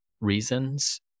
reasons